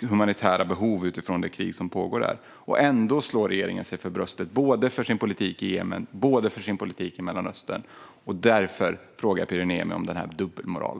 humanitära behov utifrån det krig som pågår där. Ändå slår regeringen sig för bröstet både för sin politik i Jemen och för sin politik i Mellanöstern. Därför frågar jag Pyry Niemi om den här dubbelmoralen.